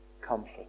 comfort